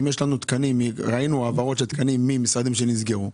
ראינו העברות של תקנים ממשרדים שנסגרו.